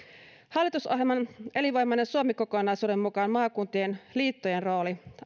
hallitusohjelman elinvoimainen suomi kokonaisuuden mukaan maakuntien liittojen rooli